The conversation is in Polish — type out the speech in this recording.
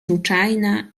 ruczajna